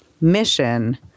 mission